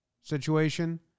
situation